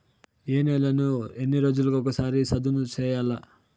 ఏ నేలను ఎన్ని రోజులకొక సారి సదును చేయల్ల?